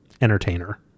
Entertainer